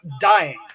dying